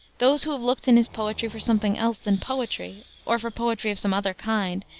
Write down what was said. those who have looked in his poetry for something else than poetry, or for poetry of some other kind,